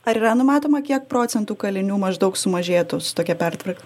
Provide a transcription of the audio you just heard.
ar yra numatoma kiek procentų kalinių maždaug sumažėtų su tokia pertvarka